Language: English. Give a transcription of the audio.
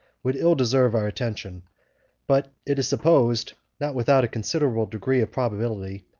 would ill deserve our attention but it is supposed, not without a considerable degree of probability,